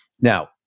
Now